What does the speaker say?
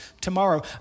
tomorrow